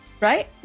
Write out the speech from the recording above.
right